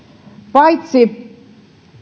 paitsi